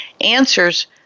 answers